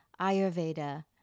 Ayurveda